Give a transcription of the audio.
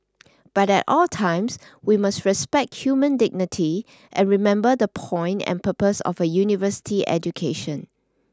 but at all times we must respect human dignity and remember the point and purpose of a University education